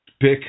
pick